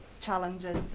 challenges